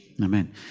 Amen